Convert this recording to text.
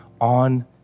on